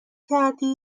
کردی